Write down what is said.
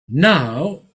now